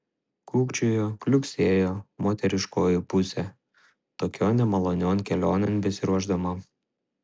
kukčiojo kliuksėjo moteriškoji pusė tokion nemalonion kelionėn besiruošdama